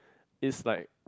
is like